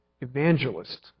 evangelist